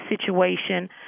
situation